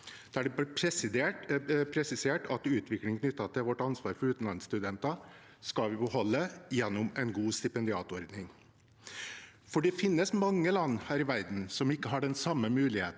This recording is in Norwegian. Det blir presisert at utvikling knyttet til vårt ansvar for utenlandsstudenter skal beholdes gjennom en god stipendiatordning. Det finnes mange land her i verden som ikke har den samme muligheten